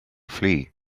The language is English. flee